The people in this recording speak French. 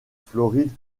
floride